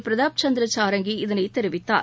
பிரதாப் சந்திர சாரங்கி இதனை தெரிவித்தார்